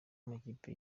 amakipe